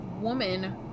woman